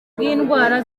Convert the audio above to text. bw’indwara